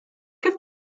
kif